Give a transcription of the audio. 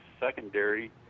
secondary